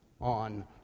on